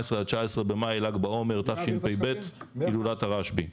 19-18 במאי, ל"ג בעומר תשפ"ב, הילולת הרשב"י.